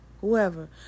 whoever